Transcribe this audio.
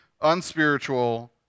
unspiritual